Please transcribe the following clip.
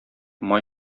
май